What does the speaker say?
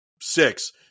six